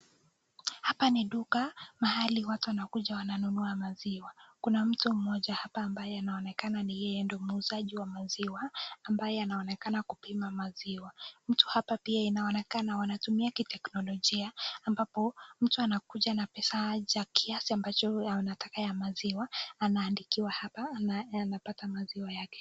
Hapa ni duka mahali watu wanakuja wananunua maziwa, kuna mtu mmoja hapa ambaye anaonekana ni yeye ndio muuzaji wa maziwa, ambaye anaonekana kupima maziwa. Mtu hapa pia inaonekana wanatumia kiteknolojia, ambapo mtu ana kuja na pesa cha kiasi ambacho anataka ya maziwa, anaandikiwa hapa, naye anapata maziwa yake.